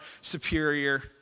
superior